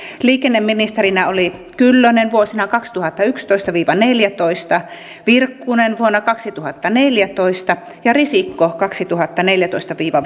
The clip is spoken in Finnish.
liikenneministerinä oli kyllönen vuosina kaksituhattayksitoista viiva kaksituhattaneljätoista virkkunen vuonna kaksituhattaneljätoista ja risikko kaksituhattaneljätoista viiva